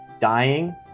dying